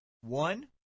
One